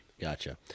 Gotcha